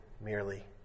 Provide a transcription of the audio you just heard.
merely